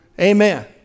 Amen